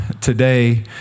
today